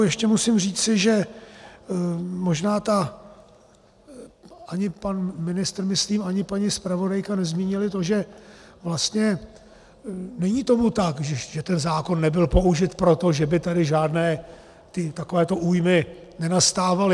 Ještě musím říci, že možná ta ani pan ministr myslím, ani paní zpravodajka nezmínili to, že vlastně není tomu tak, že ten zákon nebyl použit proto, že by tady žádné takovéto újmy nenastávaly.